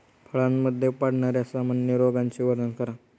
फळांमध्ये पडणाऱ्या सामान्य रोगांचे वर्णन करा